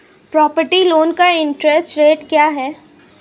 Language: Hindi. प्रॉपर्टी लोंन का इंट्रेस्ट रेट क्या है?